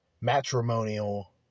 matrimonial